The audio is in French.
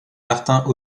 martin